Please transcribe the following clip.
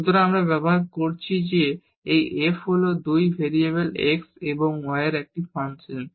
সুতরাং আমরা ব্যবহার করছি যে এই f হল 2 ভেরিয়েবল x এবং y এর একটি ফাংশন